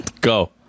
Go